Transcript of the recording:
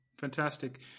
Fantastic